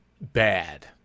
bad